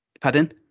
pardon